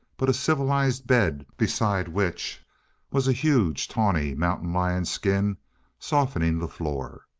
but a civilized bed, beside which was a huge, tawny mountain-lion skin softening the floor.